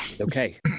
okay